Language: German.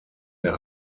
der